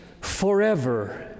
forever